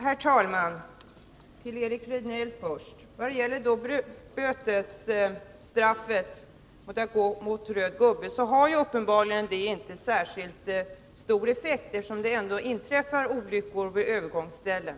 Herr talman! Jag skall vända mig till Eric Rejdnell först. Bötesstraff för brott mot förbudet att gå mot röd gubbe har uppenbarligen inte särskilt stor effekt, eftersom det ändå inträffar olyckor vid övergångsställen.